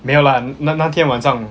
没有 lah 那那天晚上